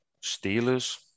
Steelers